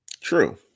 True